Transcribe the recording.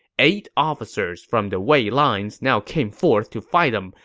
eight officers from the wei lines now came forth to fight him,